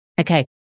okay